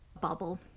bubble